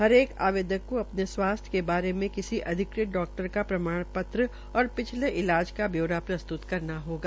हरेक आवेदक को अपने स्वासथ्य के बारे में किसी अधिकृत डाक्टर का प्रमाणपत्र और पिछला ईलाज का ब्यौरा प्रस्तुत करना होगा